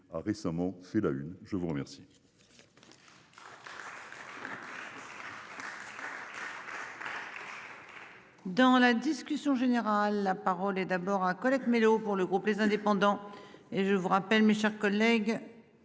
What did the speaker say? a récemment fait la une, je vous remercie.